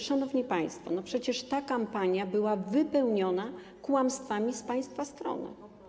Szanowni państwo, no przecież ta kampania była wypełniona kłamstwami z państwa strony.